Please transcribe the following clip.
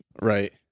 Right